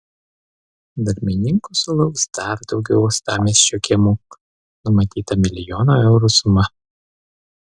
darbininkų sulauks dar daugiau uostamiesčio kiemų numatyta milijono eurų suma